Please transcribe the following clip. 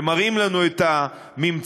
ומראים לנו את הממצאים,